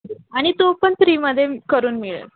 आणि तो पण फ्रीमध्ये करून मिळेल